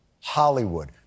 Hollywood